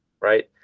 Right